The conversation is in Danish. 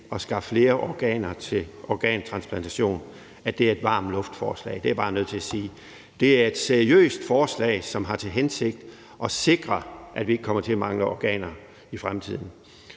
at skaffe flere organer til organtransplantation, er etvarm luft-forslag. Det er jeg bare nødt til at sige. Det er et seriøst forslag, som har til hensigt at sikre, at vi ikke kommer til at mangle organer i fremtiden.